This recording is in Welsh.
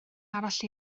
arall